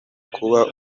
kuba